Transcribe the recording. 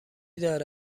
داره